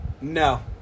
No